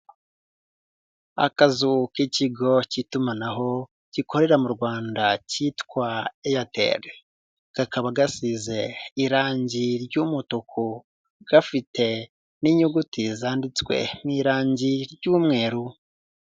Akazu k'ikigo cy'itumanaho gikorera mu Rwanda cyitwa Airtel. Kakaba gasize irangi ry'umutuku, gafite n'inyuguti zanditswe mu irangi ry'umweru.